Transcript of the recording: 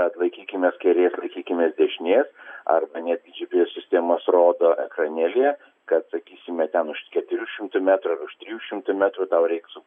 kad laikykimės kairės laikykimės dešinės arba netgi gps sistemos rodo ekranėlyje kad sakysime ten už keturių šimtų metrų ar už trijų šimtų metrų tau reiktų